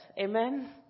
amen